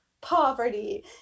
poverty